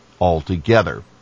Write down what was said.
altogether